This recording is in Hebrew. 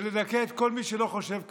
ולדכא את כל מי שלא חושב כמונו.